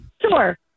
Sure